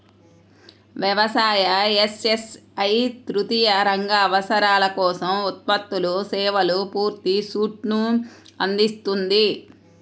వ్యవసాయ, ఎస్.ఎస్.ఐ తృతీయ రంగ అవసరాల కోసం ఉత్పత్తులు, సేవల పూర్తి సూట్ను అందిస్తుంది